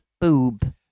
boob